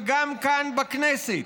וגם כאן בכנסת,